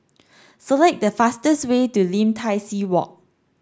select the fastest way to Lim Tai See Walk